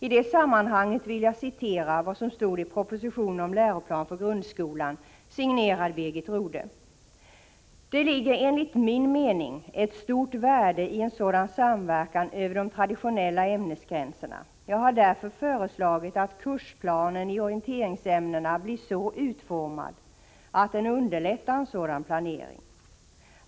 I det sammanhanget vill jag återge vad som stod i propositionen om läroplan för grundskolan, signerad Birgit Rodhe: Det ligger enligt min mening ett stort värde i en sådan samverkan över de traditionella ämnesgränserna. Jag har därför föreslagit att kursplanen i orienteringsämnena blir så utformad att den underlättar en sådan planering.